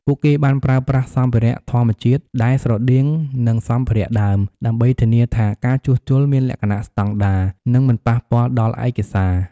ពួកគេបានប្រើប្រាស់សម្ភារៈធម្មជាតិដែលស្រដៀងនឹងសម្ភារៈដើម ដើម្បីធានាថាការជួសជុលមានលក្ខណៈស្តង់ដារ និងមិនប៉ះពាល់ដល់ឯកសារ។